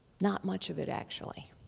not much of it actually.